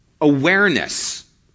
awareness